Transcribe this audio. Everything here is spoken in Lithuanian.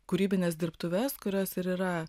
kūrybines dirbtuves kurios ir yra